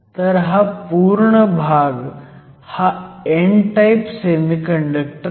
तर हा पुर्ण भाग हा n टाईप सेमीकंडक्टर आहे